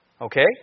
Okay